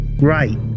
right